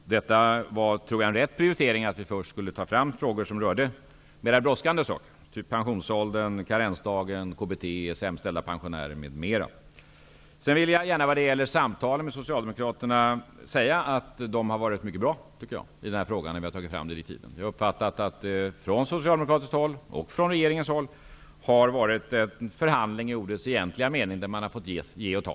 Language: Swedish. Jag tror att det var en riktig prioritering att vi först skulle ta fram frågor som rörde mer brådskande frågor, t.ex. pensionsåldern, karensdagen, KBT, sämst ställda pensionärer, m.m. Sedan vill jag gärna säga att jag tycker att samtalen med Socialdemokraterna, då vi har tagit fram direktiven, har varit mycket bra. Jag har uppfattat att det från socialdemokratiskt håll och från regeringens håll har varit fråga om en förhandling i ordets egentliga mening, där man har fått ge och ta.